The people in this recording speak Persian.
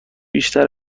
بیشتر